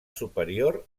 superior